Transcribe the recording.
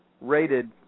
rated